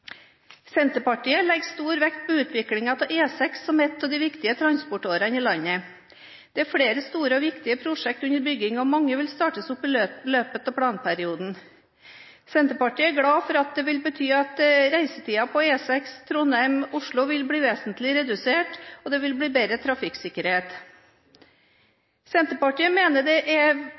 Senterpartiet legger stor vekt på utviklingen av E6 som en av de viktigste transportårene i landet. Det er flere store og viktige prosjekter under bygging, og mange vil starte opp i løpet av planperioden. Senterpartiet er glad for at det vil bety at reisetiden på E6 Trondheim–Oslo vil bli vesentlig redusert, og trafikksikkerheten bedres. Senterpartiet mener at det er